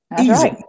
Easy